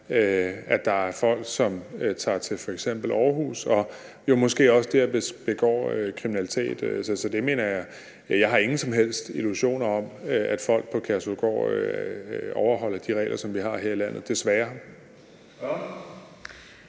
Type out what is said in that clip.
at der er folk, som tager til f.eks. Aarhus og jo måske også der begår kriminalitet. Så jeg har ingen som helst illusioner om, at folk på Kærshovedgård overholder de regler, som vi har her i landet, desværre.